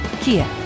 Kia